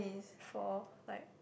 for like